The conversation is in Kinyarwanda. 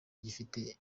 gifite